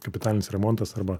kapitalinis remontas arba